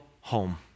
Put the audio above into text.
home